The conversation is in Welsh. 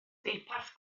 deuparth